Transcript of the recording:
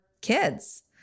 kids